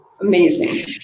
amazing